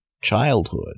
childhood